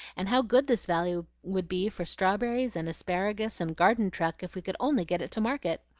and how good this valley would be for strawberries and asparagus and garden truck if we could only get it to market.